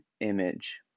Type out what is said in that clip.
image